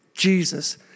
Jesus